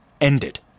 ended